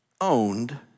owned